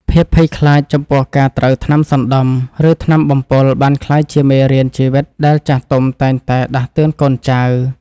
ភាពភ័យខ្លាចចំពោះការត្រូវថ្នាំសណ្ដំ ឬថ្នាំបំពុលបានក្លាយជាមេរៀនជីវិតដែលចាស់ទុំតែងតែដាស់តឿនកូនចៅ។